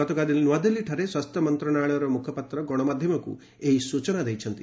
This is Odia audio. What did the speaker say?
ଗତକାଲି ନୂଆଦିଲ୍ଲୀଠାରେ ସ୍ୱାସ୍ଥ୍ୟ ମନ୍ତ୍ରଣାଳୟର ମୁଖପାତ୍ର ଗଣମାଧ୍ୟମକୁ ଏହି ସୂଚନା ଦେଇଛନ୍ତି